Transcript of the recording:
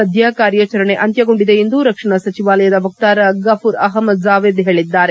ಸದ್ಯ ಕಾರ್ಯಾಚರಣೆ ಅಂತ್ಯಗೊಂಡಿದೆ ಎಂದು ರಕ್ಷಣಾ ಸಚಿವಾಲಯದ ವಕ್ತಾರ ಗಪೂರ್ ಅಹ್ಮದ್ ಜಾವೇದ್ ಹೇಳಿದ್ದಾರೆ